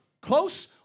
close